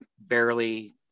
barely